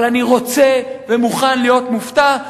אבל אני רוצה ומוכן להיות מופתע,